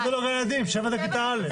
7 זה לא גן ילדים, 7 זה כיתה א'.